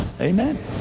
Amen